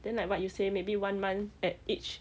then like what you say maybe one month at each